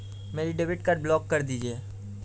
मेरा debit card block कर दीजिए